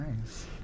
Nice